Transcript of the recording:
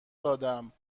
دادم